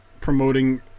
promoting